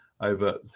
over